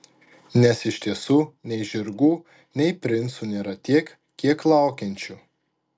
nes iš tiesų nei žirgų nei princų nėra tiek kiek laukiančių